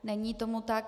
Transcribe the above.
Není tomu tak.